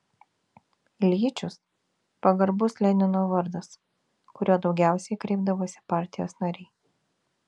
iljičius pagarbus lenino vardas kuriuo daugiausiai kreipdavosi partijos nariai